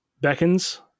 beckons